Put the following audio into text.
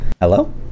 Hello